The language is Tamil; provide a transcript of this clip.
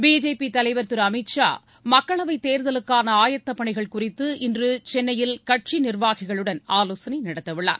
பிஜேபி தலைவர் திரு அமித் ஷா மக்களவை தேர்தலுக்கான ஆயத்தப்பணிகள் குறித்து இன்று சென்னையில் கட்சி நிர்வாகிகளுடன் ஆலோசனை நடத்த உள்ளார்